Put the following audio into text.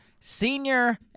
Senior